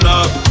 up